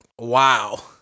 Wow